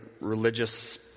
religious